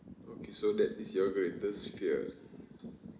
okay so that is your greatest fear